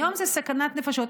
היום זאת סכנת נפשות.